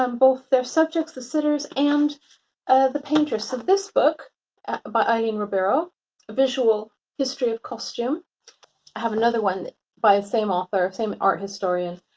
um both their subjects, the sitters and the painters. so this book by aileen ribeiro, a visual history of costume. i have another one by the same author, same art historian.